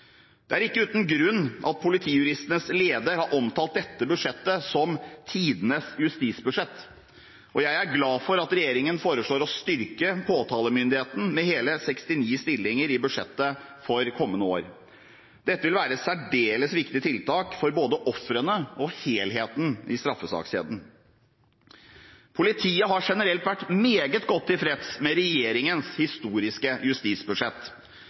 Det er ikke uten grunn at politijuristenes leder har omtalt dette budsjettet som tidenes justisbudsjett, og jeg er glad for at regjeringen foreslår å styrke påtalemyndigheten med hele 69 stillinger i budsjettet for kommende år. Dette vil være et særdeles viktig tiltak for både ofrene og helheten i straffesakskjeden. Politiet har generelt vært meget godt tilfreds med regjeringens historiske justisbudsjett.